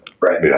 Right